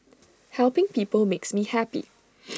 helping people makes me happy